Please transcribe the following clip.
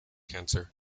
cancer